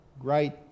great